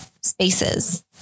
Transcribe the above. spaces